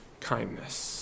kindness